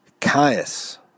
Caius